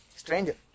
stranger